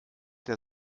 der